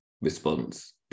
response